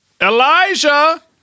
Elijah